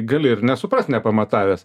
gali ir nesuprast nepamatavęs